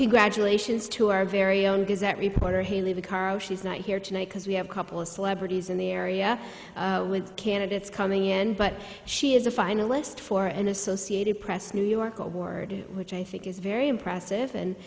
wonderful graduations to our very own because that reporter hayley the karo she's not here tonight because we have a couple of celebrities in the area with candidates coming in but she is a finalist for an associated press new york award which i think is very impressive and